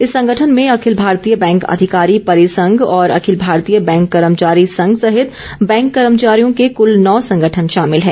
इस संगठन में अखिल भारतीय बैंक अधिकारी परिसंघ और अखिल भारतीय बैंक कर्मचारी संघ सहित बैंक कर्मचारियों के क्ल नौ संगठन शामिल हैं